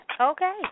Okay